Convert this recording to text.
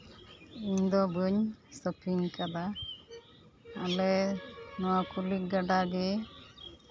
ᱤᱧᱫᱚ ᱵᱟᱹᱧ ᱥᱚᱯᱤᱝ ᱠᱟᱫᱟ ᱟᱞᱮ ᱱᱚᱣᱟ ᱠᱚᱞᱤᱠ ᱜᱟᱰᱟᱜᱮ